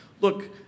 Look